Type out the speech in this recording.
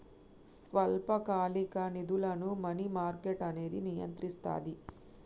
స్వల్పకాలిక నిధులను money market అనేది నియంత్రిస్తది